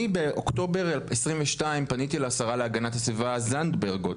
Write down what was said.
אני באוקטובר 2022 פניתי לשרה להגנת זנדברג עוד,